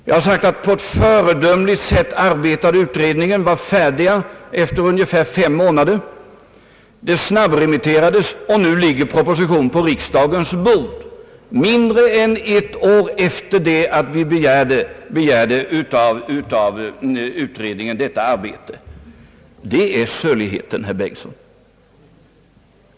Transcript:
Jag har sagt att den utredningen arbetade på ett föredömligt sätt, var färdig efter ungefär fem månader, och dess resultat snabbremitterades. Nu ligger proposition på riksdagens bord — mindre än ett år efter det att vi begärde detta arbete av utredningen. Det är söligheten, herr Bengtson!